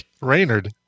Raynard